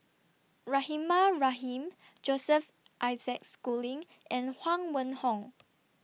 Rahimah Rahim Joseph Isaac Schooling and Huang Wenhong